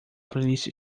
playlist